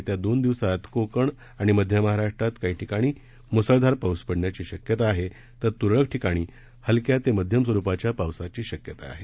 येत्या दोन दिवसात कोकण गोवा आणि मध्य महाराष्ट्रात काही ठिकाणी मुसळधार पाऊस पडण्याची शक्यता आहे तर तुरळक ठिकाणी हलक्या ते मध्यम स्वरूपाच्या पावसाची शक्यता आहे